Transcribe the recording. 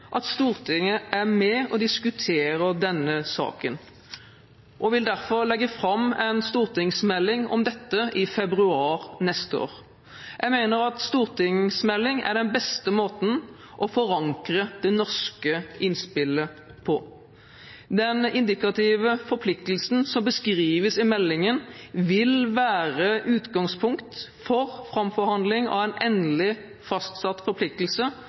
at Stortinget er med og diskuterer denne saken og vil derfor legge fram en stortingsmelding om dette i februar neste år. Jeg mener en stortingsmelding er den beste måten å forankre det norske innspillet på. Den indikative forpliktelsen som beskrives i meldingen, vil være utgangspunkt for framforhandling av en endelig fastsatt forpliktelse,